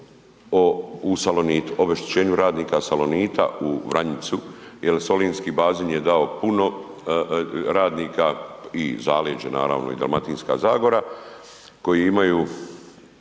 obeštećenju radnika Salonita u Vranjicu jel solinski bazen je dao puno radnika i zaleđe naravno i Dalmatinska zagora, koji imaju